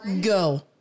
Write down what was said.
Go